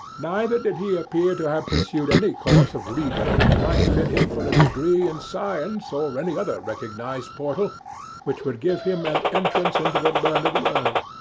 neither did he appear to have pursued any course of reading which might fit him for a degree in science or any other recognized portal which would give him an entrance into the learned world.